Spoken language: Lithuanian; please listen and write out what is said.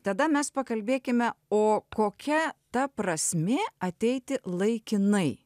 tada mes pakalbėkime o kokia ta prasmė ateiti laikinai